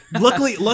luckily